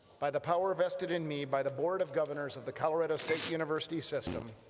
by the power vested in me by the board of governors of the colorado state university system,